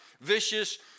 vicious